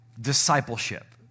discipleship